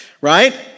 right